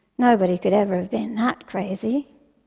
nobody could ever have been that crazy.